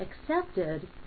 accepted